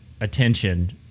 attention